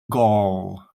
gall